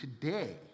today